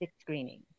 screening